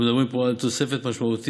אנחנו מדברים פה על תוספת משמעותית